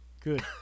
Good